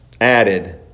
Added